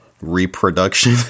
reproduction